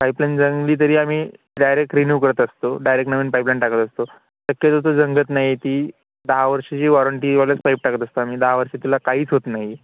pipeline गंजली तरी आम्ही डायरेक् रिन्यू करत असतो डायरेक नवीन पाईपलाईन टाकत असतो शक्यतो तो गंजत नाही आहे ती दहा वर्षाची वॉरंटीवालेच पाईप टाकत असतो आणि दहा वर्षं तिला काहीच होत नाही